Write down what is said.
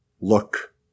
look